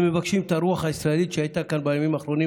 הם מבקשים לשמר את הרוח הישראלית שהייתה כאן בימים האחרונים,